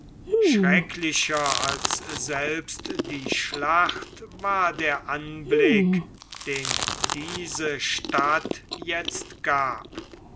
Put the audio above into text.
schrecklicher als selbst die schlacht war der anblick den diese stadt jetzt gab